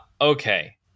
Okay